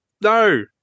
no